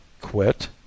Quit